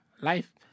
life